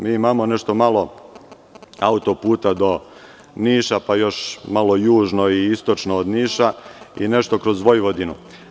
Mi imamo nešto malo autoputa do Niša, pa još malo južno i istočno od Niša i nešto kroz Vojvodinu.